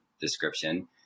description